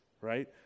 right